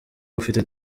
ufite